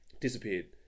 disappeared